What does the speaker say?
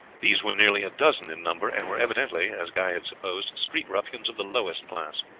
these were nearly a dozen in number, and were evidently, as guy had supposed, street ruffians of the lowest class.